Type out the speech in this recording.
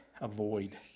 avoid